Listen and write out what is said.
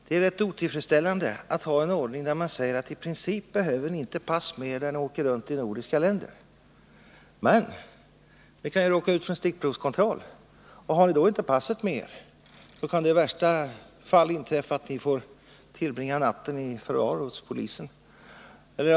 Det är rätt otillfredsställande att ha en ordning som innebär att i princip behöver man inte ha pass med sig när man reser runt i nordiska länder. Men man kan ju råka ut för en stickprovskontroll, och har man då inte passet med sig, så kan det i värsta fall inträffa att man får tillbringa natten i förvar hos polisen.